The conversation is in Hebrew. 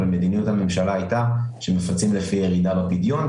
אבל מדיניות הממשלה היתה שמפצים לפי ירידה בפדיון,